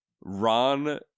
Ron